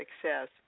Success